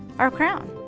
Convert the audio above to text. our crown.